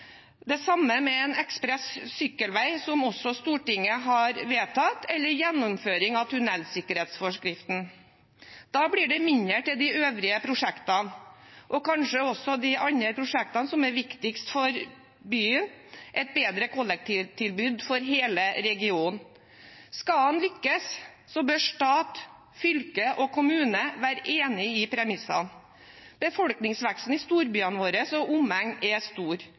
det samme med en ekspress-sykkelvei som Stortinget også har vedtatt, eller gjennomføring av tunnelsikkerhetsforskriften. Da blir det mindre til de øvrige prosjektene og kanskje også til de andre prosjektene som er viktigst for byen, og et bedre kollektivtilbud for hele regionen. Skal en lykkes, bør stat, fylke og kommune være enig i premissene. Befolkningsveksten i storbyene våre og omegn er stor.